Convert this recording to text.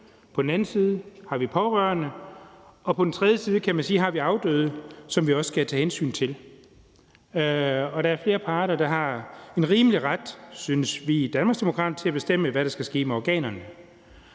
på den anden side har vi pårørende, og på den tredje side har vi afdøde, kan man sige, som vi også skal tage hensyn til. Der er flere parter, der har en rimelig ret, synes vi i Danmarksdemokraterne, til at bestemme, hvad der skal ske med organerne.